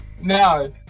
No